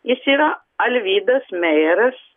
jis yra alvydas meiras